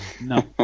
No